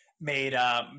made